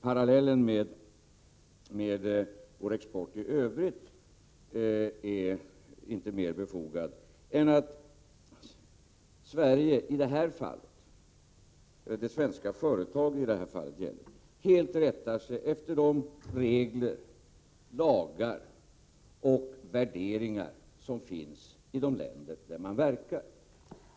Parallellen med vår export i övrigt tycker jag inte är mer befogad än att Sverige i det här fallet — eller det svenska företag det här gäller — helt rättar sig efter de regler, lagar och värderingar som finns i de länder där man verkar.